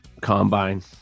Combine